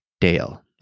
Dale